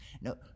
No